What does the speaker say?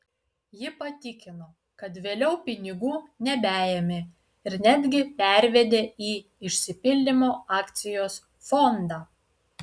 ji patikino kad vėliau pinigų nebeėmė ir netgi pervedė į išsipildymo akcijos fondą